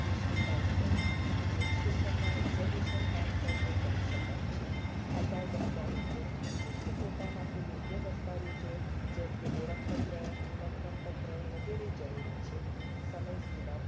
station counter booking સ્ટેશનના reservation counter પર કરી શકાય છે આધાર દસ્તાવેજો વિશિષ્ટ કોટા માટે યોગ્ય દસ્તાવેજો જેમકે ઓળખપત્ર નિમત્રણપત્ર વગેરે જરૂરી છે સમયસીમા